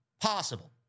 possible